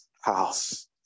house